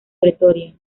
pretoria